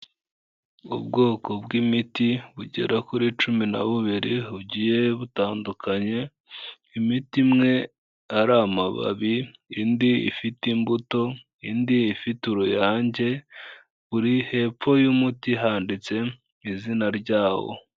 Ubwoko bw'imiti bugera kuri cumi na bubiri bugiye butandukanye imiti imwe ari amababi indi ifite imbuto indi ifitete uruyanjye buri hepfo y'umuti handitse izina ryawo.